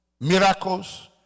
miracles